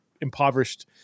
impoverished